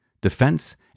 defense